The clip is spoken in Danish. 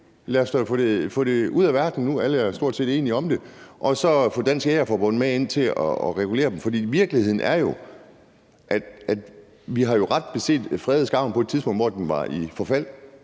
lad os da få det ud af verden nu – alle er jo stort set enige om det – og så få Dansk Jægerforbund med ind og regulere dem. For virkeligheden er jo, at vi ret beset har fredet skarven på et tidspunkt, hvor bestanden var i forfald,